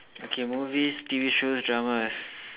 okay movies T_V shows dramas